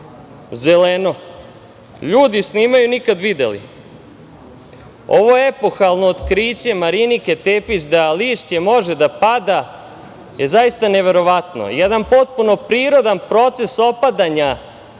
zeleno, ljudi snimaju, nikad videli. Ovo epohalno otkriće Marinike Tepić da lišće može da pada je zaista neverovatno. Jedan potpuno prirodan proces opadanja